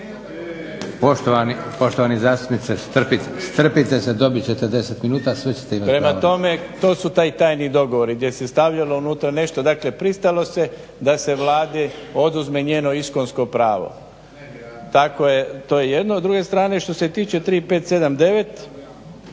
Poštovani zastupniče strpite se, dobit ćete 10 minuta. Sve ćete imati vremena. **Mrsić, Mirando (SDP)** Prema tome, to su ti tajni dogovori gdje se stavljalo unutra nešto, dakle pristajalo se da se Vladi oduzme njeno iskonsko pravo. To je jedno. A s druge strane što se tiče 3, 5, 7, 9